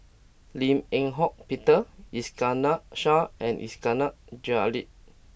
Lim Eng Hock Peter Iskandar Shah and Iskandar Jalil